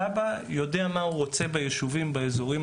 כב"ה יודע מה הוא רוצה ביישובים באזורים